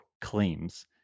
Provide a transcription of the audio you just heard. claims